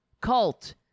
cult